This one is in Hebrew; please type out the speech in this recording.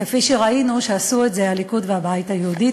כפי שראינו שעשו את זה הליכוד והבית היהודי.